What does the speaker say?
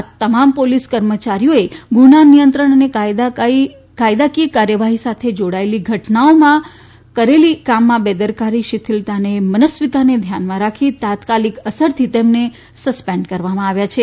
આ તમામ પોલીસ કર્મચારીઓએ ગુના નિયંત્રણ અને કાયદાકીય કાર્યવાહી સાથે જોડાયેલી ઘટનાઓમાં કરેલી કામમાં બેદરકારી શિથિલતા અને મનસ્વીતાને ધ્યાનમાં રાખી તાત્કાલિક અસરથી તેમને સસ્પેન્ડ કરવામાં આવ્યા છે